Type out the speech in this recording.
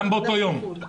גם באותו יום.